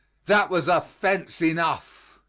that was offense enough.